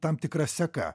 tam tikra seka